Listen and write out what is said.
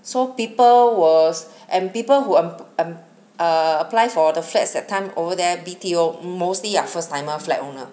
so people will and people who um um err apply for the flats that time over there B_T_O mostly are first timer flat owner